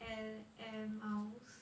air air miles